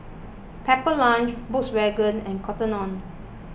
Pepper Lunch Volkswagen and Cotton on